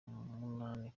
munani